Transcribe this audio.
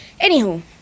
Anywho